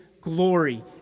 glory